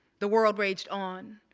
the world raged on.